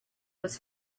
was